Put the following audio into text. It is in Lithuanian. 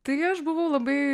tai aš buvau labai